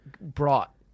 brought